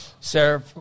Sarah